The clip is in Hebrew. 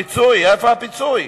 איפה הפיצוי?